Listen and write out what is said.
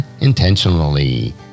intentionally